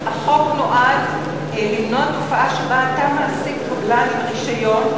החוק נועד למנוע תופעה שבה אתה מעסיק קבלן עם רשיון,